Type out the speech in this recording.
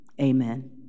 Amen